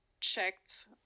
checked